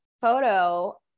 photo